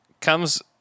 comes